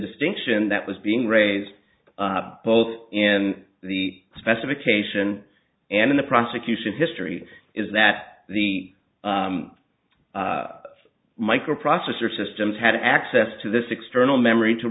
distinction that was being raised both in the specification and in the prosecution history is that the microprocessor systems had access to this external memory to